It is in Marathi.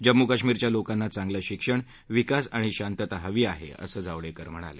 जम्मू कश्मीरच्या लोकांना चांगलं शिक्षण विकास आणि शांतता हवी आहे असं जावडेकर म्हणाले